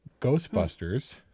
Ghostbusters